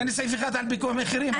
אין סעיף אחד על פיקוח מחירים,